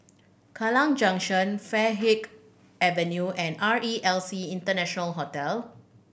Kallang Junction Farleigh Avenue and R E L C International Hotel